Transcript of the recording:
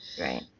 Right